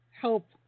help